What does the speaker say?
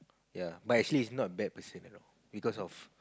ya but actually is not bad person you know because of